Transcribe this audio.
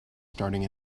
starting